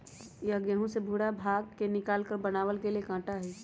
यह गेहूं के भूरा भाग के निकालकर बनावल गैल एक आटा हई